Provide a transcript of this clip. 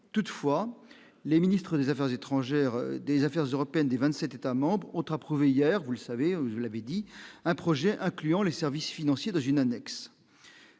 toutefois, les ministres des Affaires étrangères des affaires européennes des 27 États-membres ont approuvé hier vous le savez, je l'avais dit un projet incluant les services financiers dans une annexe,